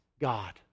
God